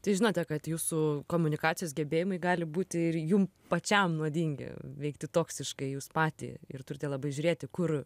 tai žinote kad jūsų komunikacijos gebėjimai gali būti ir jum pačiam nuodingi veikti toksiškai jus patį ir turite labai žiūrėti kur